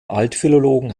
altphilologen